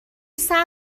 صبر